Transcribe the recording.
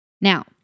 Now